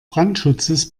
brandschutzes